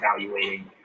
evaluating